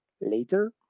later